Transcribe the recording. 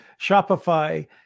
Shopify